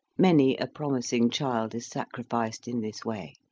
many a promising child is sacrificed in this way.